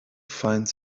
find